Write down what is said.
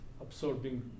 absorbing